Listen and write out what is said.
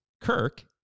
Kirk